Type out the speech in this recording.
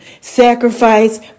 Sacrifice